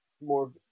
more